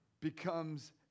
becomes